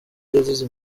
yazize